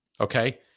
Okay